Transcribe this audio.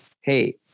Hey